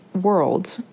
world